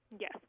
yes